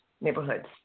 Neighborhoods